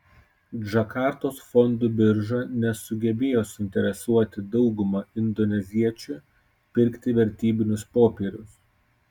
džakartos fondų birža nesugebėjo suinteresuoti daugumą indoneziečių pirkti vertybinius popierius